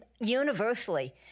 universally